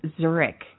Zurich